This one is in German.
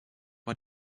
war